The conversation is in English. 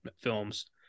films